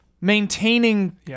maintaining